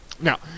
Now